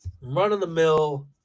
run-of-the-mill